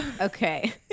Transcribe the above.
Okay